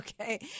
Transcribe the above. Okay